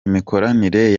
imikoranire